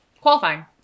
Qualifying